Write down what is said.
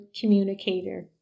communicator